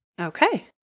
Okay